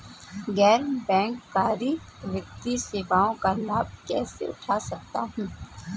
गैर बैंककारी वित्तीय सेवाओं का लाभ कैसे उठा सकता हूँ?